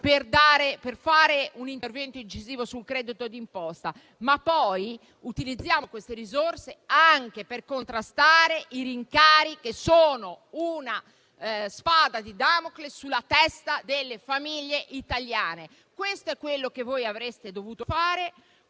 per fare un intervento incisivo sul credito d'imposta; ma utilizziamo queste risorse anche per contrastare i rincari, che sono una spada di Damocle sulla testa delle famiglie italiane. Questo è quello che voi avreste dovuto fare